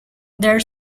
their